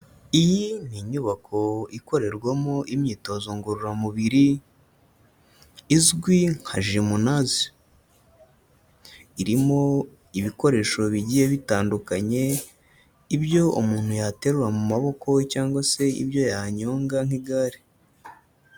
Iyi ni inyubako ikorerwamo imyitozo ngororamubiri, izwi nka jimunazi. Irimo ibikoresho bigiye bitandukanye, ibyo umuntu yaterura mu maboko cyangwa se ibyo yanyonga nk'igare.